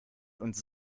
uns